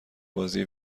بازی